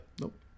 Nope